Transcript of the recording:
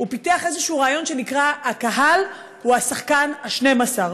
הוא פיתח איזה רעיון שנקרא: הקהל הוא השחקן ה-12,